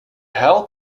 held